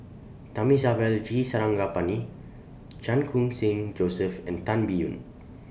Thamizhavel G Sarangapani Chan Khun Sing Joseph and Tan Biyun